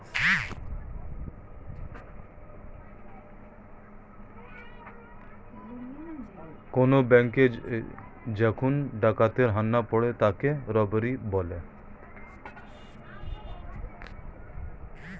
কোন ব্যাঙ্কে যখন ডাকাতের হানা পড়ে তাকে রবারি বলে